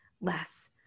less